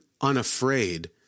unafraid